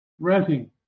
renting